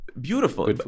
Beautiful